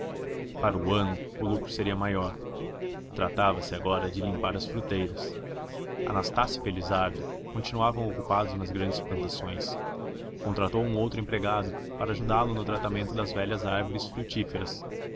para o ano o lucro seria maior tratava-se agora de limpar as fruteiras anastácio e felizardo continuavam ocupados nas grandes plantações contratou um outro empregado para ajudá-lo no tratamento das velhas flores frutíferas